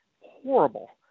horrible